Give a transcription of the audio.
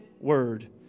word